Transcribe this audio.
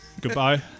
Goodbye